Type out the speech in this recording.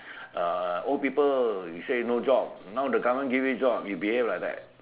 ah old people you say no job now the government give you job you behave like that